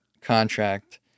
contract